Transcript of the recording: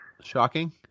shocking